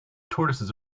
tortoises